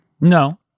No